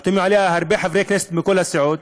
חתומים עליה עם הרבה חברי כנסת מכל הסיעות,